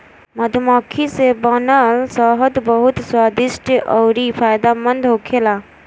मधुमक्खी से बनल शहद बहुत स्वादिष्ट अउरी फायदामंद होला